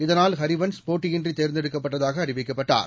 இதனால் ஹரிவன்ஷ் போட்டியின்றி தேர்ந்தெடுக்கப்பட்டதாக அறிவிக்கப்பட்டார்